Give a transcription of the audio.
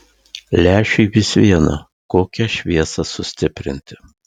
lęšiui vis viena kokią šviesą sustiprinti